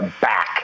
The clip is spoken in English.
back